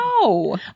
No